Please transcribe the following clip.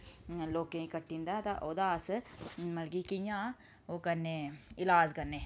लोकें गी कट्टी जंदा तां ओह्दा अस मतलब कि कि'यां ओह् करने ईलाज़ करने